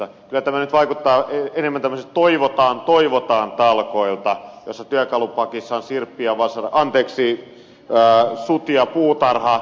kyllä tämä nyt vaikuttaa enemmän tämmöisiltä toivotaan toivotaan talkoilta joissa työkalupakissa on sirppi ja vasara anteeksi suti ja puutarhakuokka